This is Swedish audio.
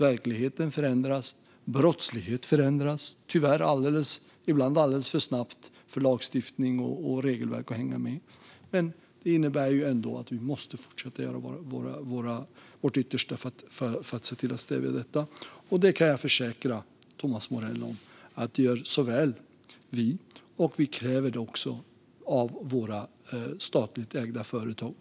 Verkligheten förändras. Brottsligheten förändras, tyvärr ibland alldeles för snabbt för att lagstiftning och regelverk ska hänga med. Det innebär att vi måste fortsätta att göra vårt yttersta för att se till att stävja detta. Jag kan försäkra Thomas Morell att vi både gör detta och kräver det av våra statligt ägda företag.